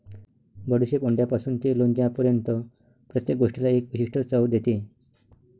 बडीशेप अंड्यापासून ते लोणच्यापर्यंत प्रत्येक गोष्टीला एक विशिष्ट चव देते